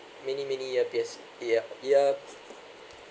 many many earpiece ear ear